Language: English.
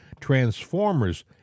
transformers